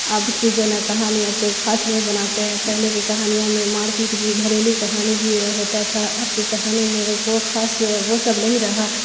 اب کی جو ہے نا کہانی اب کوئی خاص نہیں بناتے ہیں پہلے کے کہانیاں میں مار پیٹ بھی گھریلو کہانی بھی ہوتا تھا اب کی کہانی میں وہی کو خاص وہ سب نہیں رہا